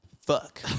Fuck